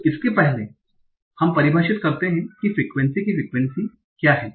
तो इसके लिए पहले हम परिभाषित करते हैं कि फ्रिक्वेन्सी की फ्रिक्वेन्सी क्या है